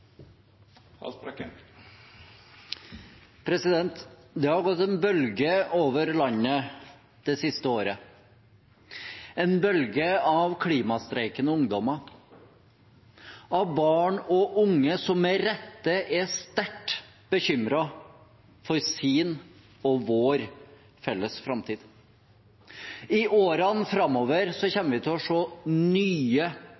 Det har gått en bølge over landet det siste året – en bølge av klimastreikende ungdommer, av barn og unge som med rette er sterkt bekymret for sin og vår felles framtid. I årene framover